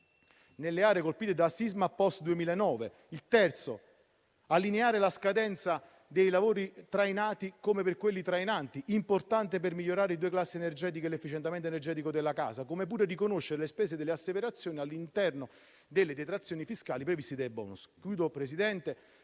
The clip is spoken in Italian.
nelle aree colpite da sisma *post* 2009. Il terzo è l'allineamento della scadenza dei lavori trainati come per quelli trainanti, importante per migliorare di due classi energetiche l'efficientamento energetico della casa, come pure riconoscere le spese delle asseverazioni all'interno delle detrazioni fiscali previste dai *bonus.*